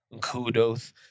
Kudos